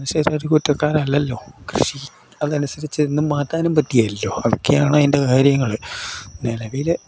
മനുഷ്യർ ഒരു കുറ്റക്കാർ അല്ലല്ലോ കൃഷി അത് അനുസരിച്ചെന്നും മാറ്റാനും പറ്റികയില്ലല്ലോ ഇ തൊക്കെയാണ് നിലവിൽ